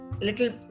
little